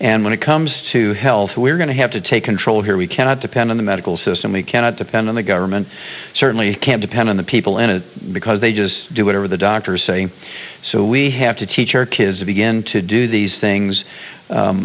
and when it comes to health we're going to have to take control here we cannot depend on the medical system we cannot depend on the government certainly can't depend on the people in it because they just do whatever the doctors say so we have to teach our kids to begin to do these things